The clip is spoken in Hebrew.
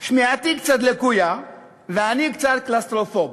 שמיעתי קצת לקויה ואני קצת קלסטרופוב,